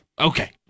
okay